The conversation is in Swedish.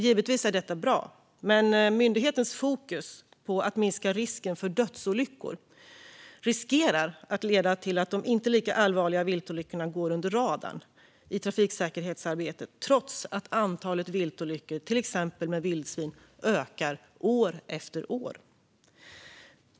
Givetvis är detta bra, men myndighetens fokus på att minska risken för dödsolyckor riskerar att leda till att de inte lika allvarliga viltolyckorna går under radarn i trafiksäkerhetsarbetet, trots att antalet viltolyckor med till exempel vildsvin ökar år efter år.